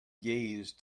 gazed